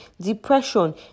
depression